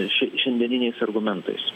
šia šiandieniniais argumentais